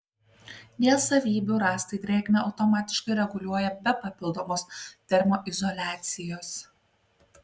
dėl savybių rąstai drėgmę automatiškai reguliuoja be papildomos termoizoliacijos